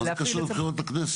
מה זה קשור לבחירות לכנסת?